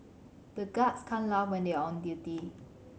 the guards can't laugh when they are on duty